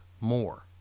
more